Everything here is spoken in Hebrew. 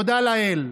תודה לאל.